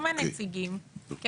עם הנציגים,